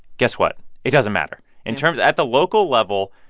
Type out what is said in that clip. guess what? it doesn't matter. in terms at the local level,